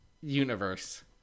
universe